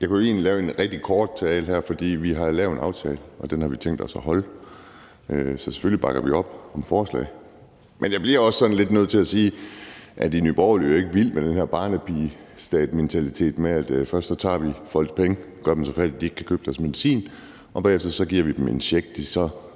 Jeg kunne egentlig holde en rigtig kort tale her, for vi har lavet en aftale, og den har vi tænkt os at holde. Så selvfølgelig bakker vi op om forslaget. Men jeg bliver også lidt nødt til at sige, at i Nye Borgerlige er vi jo ikke vilde med den her barnepigestatmentalitet med, at først tager vi folks penge og gør dem så fattige, at de ikke kan købe deres medicin, og bagefter giver vi dem en check, de så